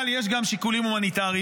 אבל יש גם שיקולים הומניטריים,